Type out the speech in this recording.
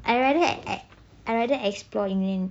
I rather I rather explore